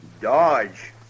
Dodge